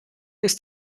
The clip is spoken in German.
ist